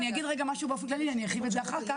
אני אגיד משהו באופן כללי ואני ארחיב על זה אחר כך,